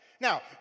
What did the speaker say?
Now